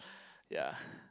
ya